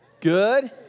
Good